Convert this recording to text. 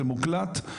זה מוקלט.